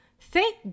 Thank